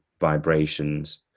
vibrations